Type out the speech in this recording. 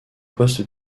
poste